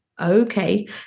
Okay